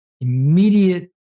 immediate